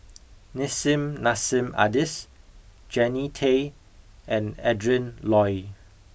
Nissim Nassim Adis Jannie Tay and Adrin Loi